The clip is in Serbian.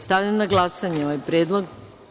Stavljam na glasanje ovaj predlog.